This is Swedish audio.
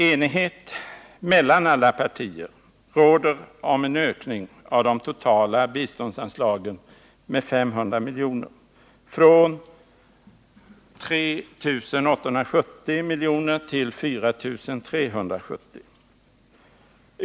Enighet råder mellan alla partier om en ökning av de totala biståndsanslagen med 500 milj.kr. från 3 870 milj.kr. till 4 370 milj.kr.